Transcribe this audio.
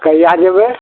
कहिआ जेबै